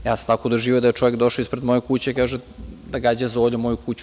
Ja sam tako doživeo da je čovek došao ispred moje kuće i da kaže da gađa zoljom moju kuću.